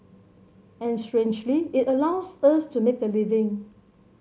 and strangely it allows us to make a living